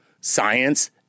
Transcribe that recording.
science